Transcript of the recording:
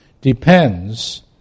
Depends